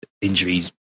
injuries